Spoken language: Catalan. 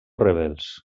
rebels